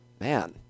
man